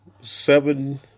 seven